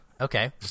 Okay